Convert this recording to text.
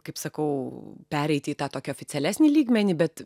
kaip sakau pereiti į tą tokį oficialesnį lygmenį bet